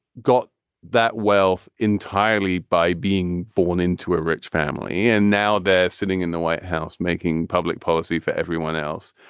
got that wealth entirely by being born into a rich family, and now they're sitting in the white house making public policy for everyone else.